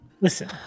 Listen